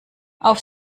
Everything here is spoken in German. auf